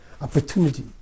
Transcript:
opportunity